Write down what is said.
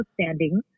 outstanding